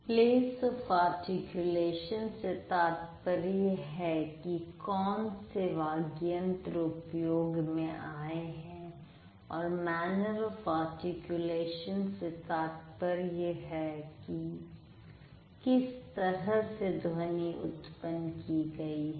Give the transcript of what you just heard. place of articulation से तात्पर्य है कि कौन से वाग्यंत्र उपयोग में आए हैं और मैनर आफ आर्टिकुलेशन से तात्पर्य है किस तरह से ध्वनि उत्पन्न की गई है